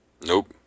Nope